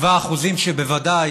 7% מהתקציב, שבוודאי